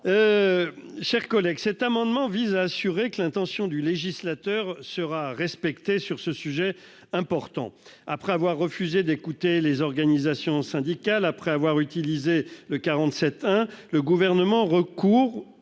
Breuiller. Cet amendement vise à garantir que l'intention du législateur sera respectée sur ce sujet important. Après avoir refusé d'écouter les organisations syndicales, après avoir utilisé le 47-1, le Gouvernement recourt,